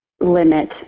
Limit